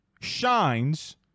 shines